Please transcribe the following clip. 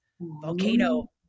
Volcano